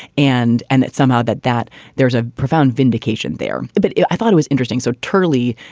and and that somehow that that there is a profound vindication there. but i thought it was interesting. so turley,